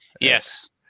Yes